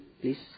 please